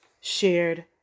shared